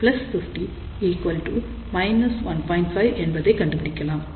5 என்பதை கண்டுபிடிக்கலாம்